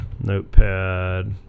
Notepad